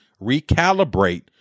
recalibrate